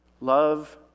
Love